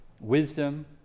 wisdom